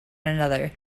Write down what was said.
another